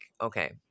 okay